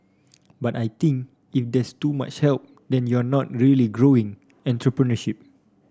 but I think if there is too much help then you are not really growing entrepreneurship